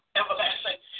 everlasting